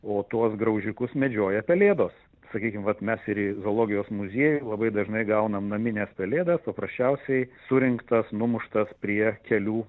o tuos graužikus medžioja pelėdos sakykim vat mes ir į zoologijos muziejų labai dažnai gaunam namines pelėdas paprasčiausiai surinktas numuštas prie kelių